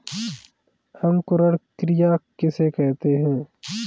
अंकुरण क्रिया किसे कहते हैं?